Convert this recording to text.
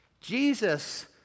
Jesus